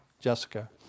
Jessica